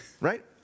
right